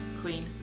Queen